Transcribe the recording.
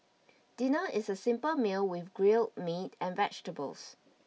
dinner is a simple meal with grilled meat and vegetables